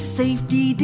safety